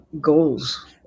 goals